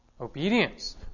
obedience